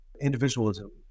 individualism